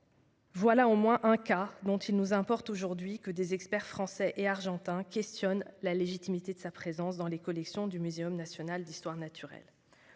voilà au moins un cas dont il nous importe désormais que des experts français et argentins questionnent la légitimité de la présence dans les collections du Muséum national d'histoire naturelle.